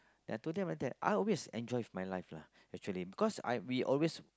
I told them like that I always enjoy my life lah actually because I we always